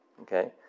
Okay